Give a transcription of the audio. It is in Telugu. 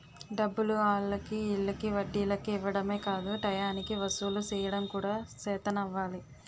డబ్బులు ఆల్లకి ఈల్లకి వడ్డీలకి ఇవ్వడమే కాదు టయానికి వసూలు సెయ్యడం కూడా సేతనవ్వాలి